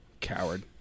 coward